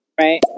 Right